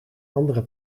andere